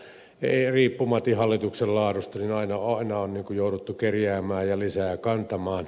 riippumatta hallituksen laadusta aina on jouduttu kerjäämään ja lisää kantamaan